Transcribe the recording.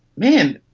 man,